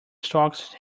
storks